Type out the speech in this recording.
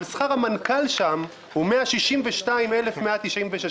אבל שכר המנכ"ל שם הוא 162,196 שקלים,